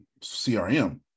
CRM